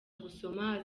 gusoma